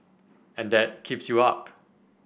and that keeps you up